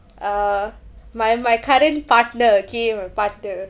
uh my my current partner kay my partner